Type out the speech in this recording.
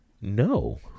no